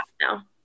now